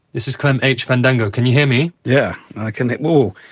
this is clint h. fandango. can you hear me? yeah, i can hear more.